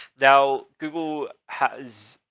now, google has.